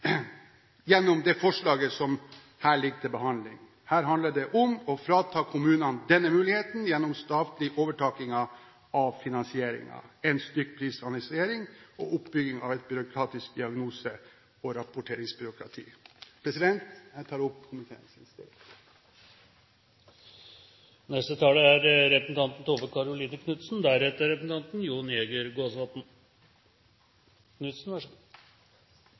gjennom det forslaget som her ligger til behandling. Her handler det om å frata kommunene denne muligheten gjennom statlig overtaking av finansieringen, stykkprisfinansiering og oppbygging av et diagnose- og rapporteringsbyråkrati. Jeg anbefaler komiteens innstilling. En av de viktigste og mest krevende velferdsoppgavene vi som samfunn skal løfte i årene som kommer, er